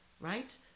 right